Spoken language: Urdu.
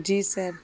جی سر